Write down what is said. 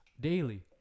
Daily